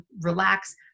relax